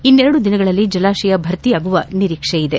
ಇನ್ನೆರಡು ದಿನಗಳಲ್ಲಿ ಜಲಾಶಯ ಭರ್ತಿಯಾಗುವ ನಿರೀಕ್ಷೆಯಿದೆ